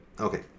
Okay